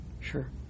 Sure